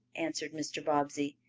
answered mr. bobbsey,